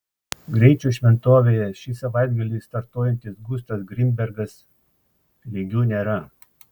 greičio šventovėje ši savaitgalį startuojantis gustas grinbergas lygių nėra